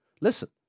Listen